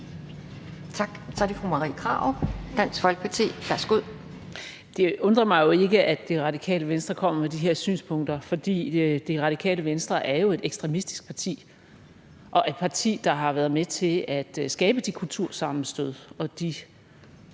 Tak. Så er det fru Marie Krarup, Dansk Folkeparti. Værsgo. Kl. 12:48 Marie Krarup (DF): Det undrer mig jo ikke, at Det Radikale Venstre kommer med de her synspunkter, for Det Radikale Venstre er jo et ekstremistisk parti og et parti, der har været med til at skabe de kultursammenstød og de